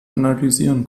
analysieren